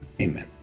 Amen